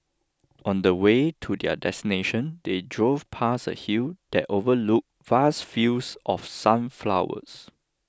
on the way to their destination they drove past a hill that overlooked vast fields of sunflowers